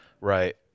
Right